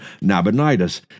Nabonidus